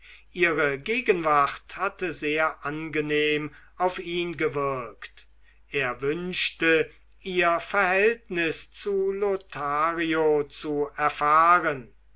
ihre gegenwart hatte sehr angenehm auf ihn gewirkt er wünschte ihr verhältnis zu lothario zu erfahren